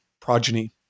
progeny